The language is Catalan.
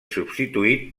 substituït